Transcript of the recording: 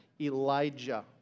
Elijah